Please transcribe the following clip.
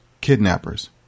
kidnappers